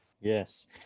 Yes